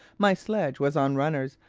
my sledge was on runners,